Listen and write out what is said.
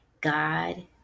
God